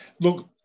Look